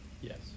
yes